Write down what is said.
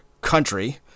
country